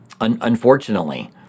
unfortunately